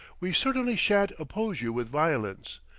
we certainly shan't oppose you with violence,